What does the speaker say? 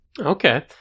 Okay